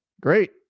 Great